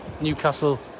Newcastle